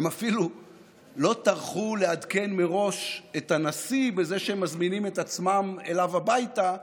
הם אפילו לא טרחו לעדכן מראש את הנשיא שהם מזמינים את עצמם אליו הביתה,